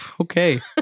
Okay